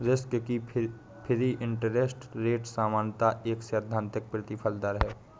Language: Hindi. रिस्क फ्री इंटरेस्ट रेट सामान्यतः एक सैद्धांतिक प्रतिफल दर है